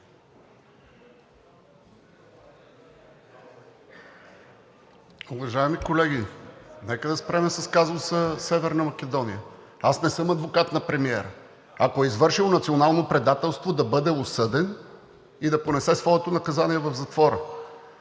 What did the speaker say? Уважаеми колеги, нека да спрем с казуса „Северна Македония“, аз не съм адвокат на премиера. Ако е извършил национално предателство, да бъде осъден и да понесе своето наказание в затвора.